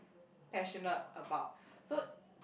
passionate about so